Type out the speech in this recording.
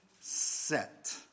set